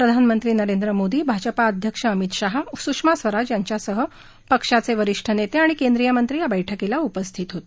प्रधानमंत्री नरेंद्र मोदी भाजपाध्यक्ष अमित शहा सुषमा स्वराज यांच्यासह पक्षाचे वरिष्ठ नेते आणि केंद्रीय मंत्री या बैठकीला उपस्थित होते